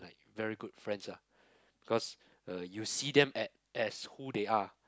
like very good friends ah because uh you see them at as who they are